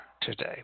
Today